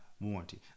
warranty